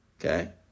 Okay